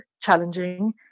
challenging